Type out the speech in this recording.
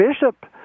Bishop